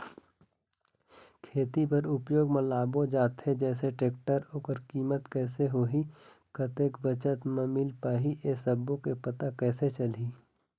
खेती बर उपयोग मा लाबो जाथे जैसे टेक्टर ओकर कीमत कैसे होही कतेक बचत मा मिल पाही ये सब्बो के पता कैसे चलही?